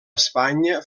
espanya